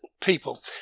people